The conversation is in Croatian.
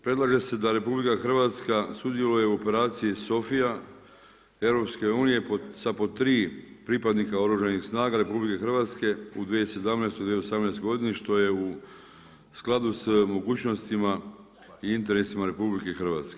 Predlaže se da RH sudjeluje u Operaciji Sofija EU sa po tri pripadnika Oružanih snaga RH u 2017., 2018. godini što je u skladu sa mogućnostima i interesima RH.